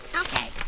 Okay